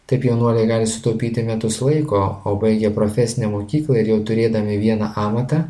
taip jaunuoliai gali sutaupyti metus laiko o baigę profesinę mokyklą ir jau turėdami vieną amatą